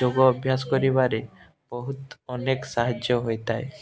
ଯୋଗ ଅଭ୍ୟାସ କରିବାରେ ବହୁତ ଅନେକ ସାହାଯ୍ୟ ହୋଇଥାଏ